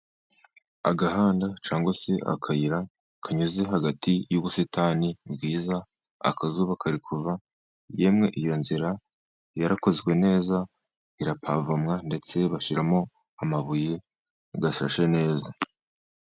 Agahanda cyangwa se akayira kanyuze hagati y'ubusitani bwiza, akazuba kari kuva, yemwe iyo nzira yarakozwe neza, irapavomwa, ndetse bashiramo amabuye ashashe neza.